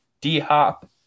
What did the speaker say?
D-hop